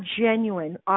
genuine